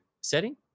setting